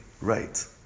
right